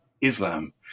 Islam